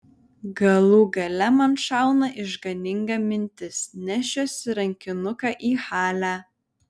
galų gale man šauna išganinga mintis nešiuosi rankinuką į halę